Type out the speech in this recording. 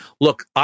look